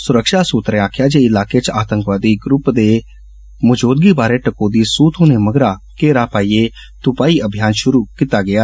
सुरक्षा सूत्रे आक्खेआ जे इलाके च आतंकवादी ग्रुप दी मौजूदगी बारै टकोहदी सहू थ्होने मगरा घेरा पाइयै तुपाई अभियान चलाया गेआ